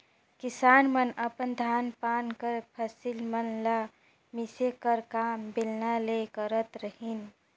किसान मन अपन धान पान कर फसिल मन ल मिसे कर काम बेलना ले करत रहिन